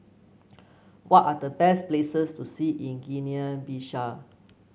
what are the best places to see in Guinea Bissau